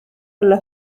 olla